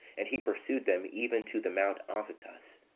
and he pursued them even to the mount azotus.